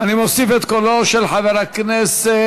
מוסיף את קולו של חבר הכנסת